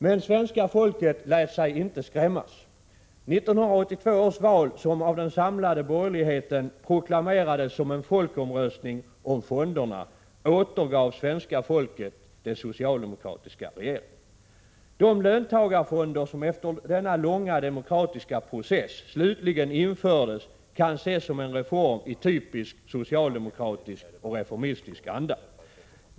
Men svenska folket lät sig inte skrämmas. 1982 års val, som av den samlade borgerligheten proklamerades som en folkomröstning om fonderna, återgav svenska folket dess socialdemokratiska regering. De löntagarfonder som efter denna långa demokratiska process slutligen infördes kan ses som en reform i typisk socialdemokratisk och reformistisk anda.